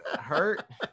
hurt